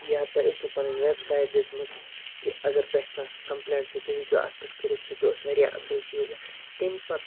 یا تۄہہِ اوسو پَنٕنۍ وٮ۪بسایٹ دِژمٕژ کہِ اگر تۄہہِ کانٛہہ کَمپٕلینٛٹ چھِ تُہۍ ہیٚکِو اَتھ پٮ۪ٹھ کٔرِتھ سُہ تہِ اوس واریاہ اَصٕل چیٖز اَکھ تمۍ پَتہٕ